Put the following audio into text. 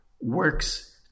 works